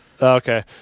okay